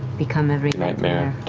become every nightmare,